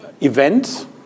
event